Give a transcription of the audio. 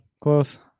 Close